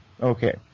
Okay